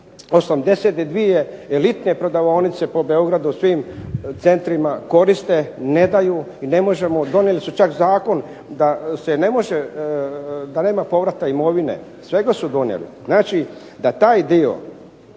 82 elitne prodavaonice po Beogradu u svim centrima koriste, ne daju i donijeli su čak zakon da se nema povratka imovine, svejedno su donijeli. Zatim nadalje